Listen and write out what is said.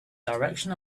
direction